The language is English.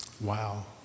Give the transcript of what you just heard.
Wow